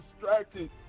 distracted